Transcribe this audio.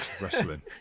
wrestling